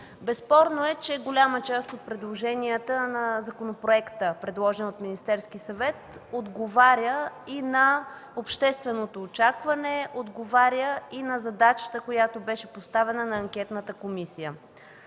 Безспорно е, че голяма част от предложенията на законопроекта, предложен от Министерския съвет, отговаря и на общественото очакване, отговаря и на задачата, която беше поставена на Анкетната комисия.